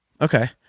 Okay